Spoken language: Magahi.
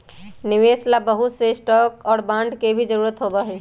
निवेश ला बहुत से स्टाक और बांड के भी जरूरत होबा हई